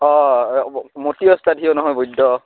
অঁ মটি ওস্তাত সিয়ো নহয় বৈদ্য